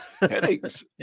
Headaches